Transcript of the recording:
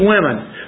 women